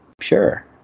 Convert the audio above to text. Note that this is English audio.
Sure